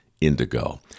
indigo